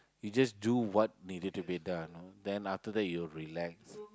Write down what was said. you just do what needed to be done then after that you relax